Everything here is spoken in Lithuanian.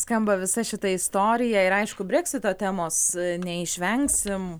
skamba visa šita istorija ir aišku breksito temos neišvengsim